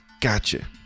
Gotcha